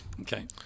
Okay